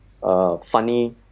funny